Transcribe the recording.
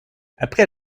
après